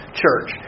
church